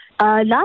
Last